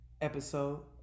episode